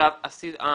הסעיף הזה,